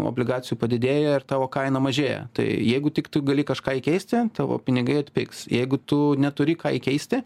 obligacijų padidėja ir tavo kaina mažėja tai jeigu tik tu gali kažką įkeisti tavo pinigai atpigs jeigu tu neturi ką įkeisti